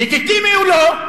לגיטימי או לא?